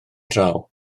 draw